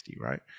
right